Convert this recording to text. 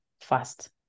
fast